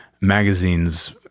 magazines